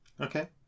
okay